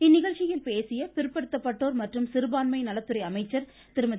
இந்நிகழ்ச்சியில் பேசிய பிற்படுத்தப்பட்டோர் மற்றும் சிறுபான்மை நலத்துறை அமைச்சர் திருமதி